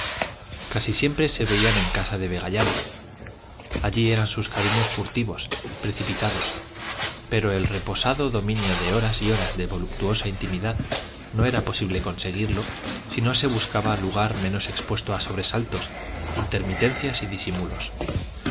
casi siempre se veían en casa de vegallana allí eran sus cariños furtivos precipitados pero el reposado dominio de horas y horas de voluptuosa intimidad no era posible conseguirlo si no se buscaba lugar menos expuesto a sobresaltos intermitencias y disimulos